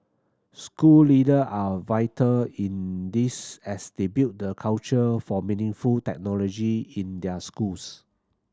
school leader are vital in this as they build the culture for meaningful technology in their schools